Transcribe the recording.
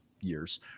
years